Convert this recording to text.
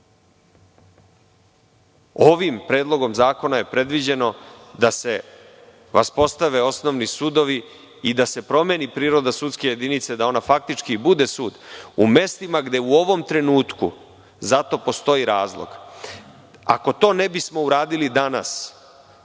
predlogom zakona je predviđeno da se vaspostave osnovni sudovi i da se promeni priroda sudske jedinice i da ona faktički bude sud u mestima gde u ovom trenutku… Zato postoji razlog. Ako to ne bismo uradili danas,